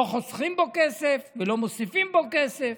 לא חוסכים בו כסף ולא מוסיפים בו כסף,